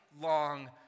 long